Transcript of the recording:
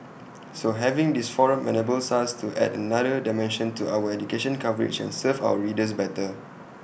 so having this forum enables us to add another dimension to our education coverage and serve our readers better